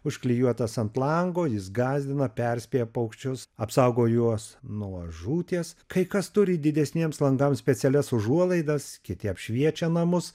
užklijuotas ant lango jis gąsdina perspėja paukščius apsaugo juos nuo žūties kai kas turi didesniems langams specialias užuolaidas kiti apšviečia namus